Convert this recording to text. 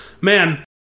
man